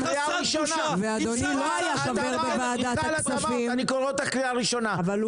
ואדוני לא היה חבר בוועדת הכספים -- מיכל,